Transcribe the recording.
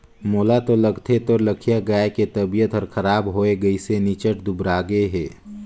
मोला तो लगथे तोर लखिया गाय के तबियत हर खराब होये गइसे निच्च्ट दुबरागे हे